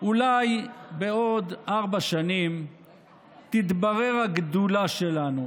אולי בעוד ארבע שנים תתברר הגדולה שלנו.